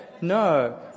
No